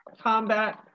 combat